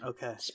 Okay